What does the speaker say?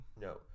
No